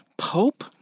Pope